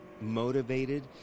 motivated